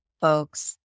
folks